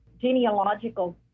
genealogical